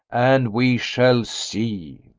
and we shall see.